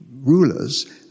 rulers